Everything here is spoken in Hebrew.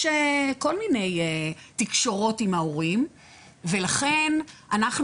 יש כל מיני תקשורות עם ההורים ולכן אנחנו